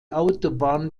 autobahn